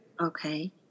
Okay